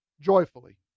joyfully